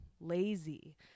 lazy